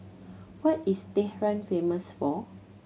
what is Tehran famous for